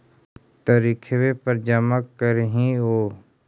तरिखवे पर जमा करहिओ?